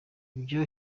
iryo